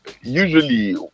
usually